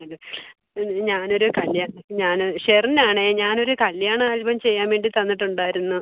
അതെ ഞാനൊരു കല്ല്യാണം ഞാൻ ഷെറിനാണേ ഞാനൊരു കല്ല്യാണ ആൽബം ചെയ്യാൻ വേണ്ടി തന്നിട്ടുണ്ടായിരുന്നു